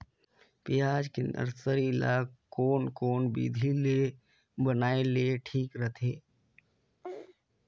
पियाज के नर्सरी ला कोन कोन विधि ले बनाय ले ठीक रथे?